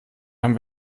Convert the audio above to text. haben